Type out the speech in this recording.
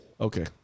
Okay